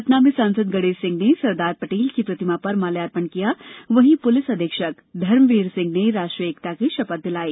सतना में सांसद गणेश सिंह ने सरदार पटेल की प्रतिमा पर माल्यार्पण किया वहीं पुलिस अधीक्षक धर्मवीर सिंह ने राष्ट्रीय एकता की शपथ दिलाई